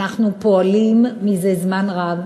אנחנו פועלים זה זמן רב